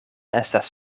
estas